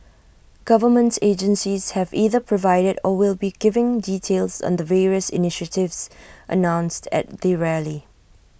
government agencies have either provided or will be giving details on the various initiatives announced at the rally